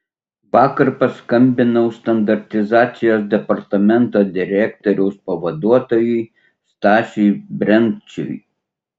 vakar paskambinau standartizacijos departamento direktoriaus pavaduotojui stasiui brenciui